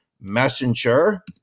messenger